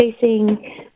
facing